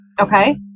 Okay